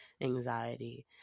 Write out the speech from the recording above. anxiety